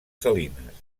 salines